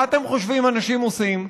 מה אתם חושבים שאנשים עושים?